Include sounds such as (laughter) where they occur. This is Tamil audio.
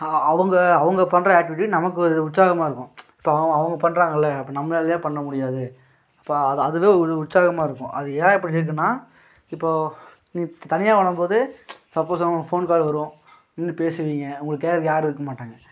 அவங்க அவங்க பண்ணுற ஆக்டிவிட்டி நமக்கு ஒரு உற்சாகமாக இருக்கும் இப்போ அவங்க அவங்க பண்ணுறாங்கள்ல அப்போ நம்மளால ஏன் பண்ண முடியாது அப்புறம் அது அதுவே ஒரு உற்சாகமாக இருக்கும் அது ஏன் இப்படி (unintelligible) இப்போது நீ தனியாக ஓடும்போது சப்போஸ் உங்களுக்கு ஃபோன் கால் வரும் நின்று பேசுவீங்க உங்களை கேட்க யாரும் இருக்கற மாட்டாங்க